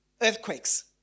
earthquakes